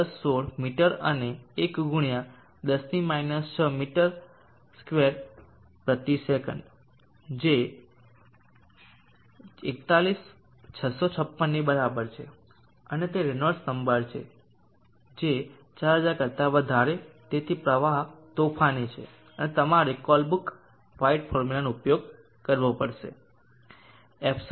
1016 metre અને 1 ગુણ્યા 10 6 metre ચોરસ પ્રતિ સેકન્ડ જે 41656 ની બરાબર છે અને તે રેનોલ્ડ્સ નંબર છે જે છે 4000 કરતા વધારે તેથી પ્રવાહ તોફાની છે અને તમારે કોલબ્રુક વ્હાઇટ ફોર્મ્યુલાનો ઉપયોગ કરવો પડશે